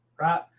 right